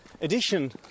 edition